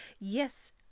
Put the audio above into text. Yes